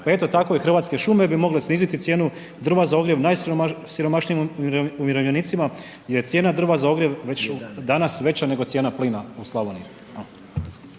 pa eto tako i Hrvatske šume bi mogle sniziti cijenu drva za ogrjev najsiromašnijima umirovljenicima gdje je cijena drva za ogrjev već danas veća nego cijela plina u Slavoniji.